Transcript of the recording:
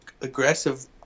aggressive